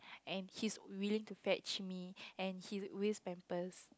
and he's willing to fetch me and he always pampers